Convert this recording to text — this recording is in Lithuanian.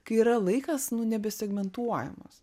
kai yra laikas nu nebesegmentuojamas